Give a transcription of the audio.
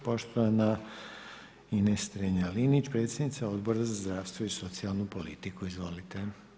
Da, poštovana Ines Strenja Linić, predsjednica Odbora za zdravstvo i socijalnu politiku, izvolite.